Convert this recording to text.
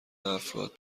افراد